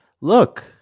look